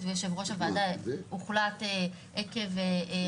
הוא צריך את האישור